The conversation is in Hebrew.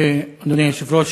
אדוני היושב-ראש,